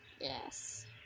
yes